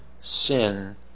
sin